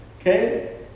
Okay